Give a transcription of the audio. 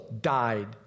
died